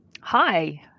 Hi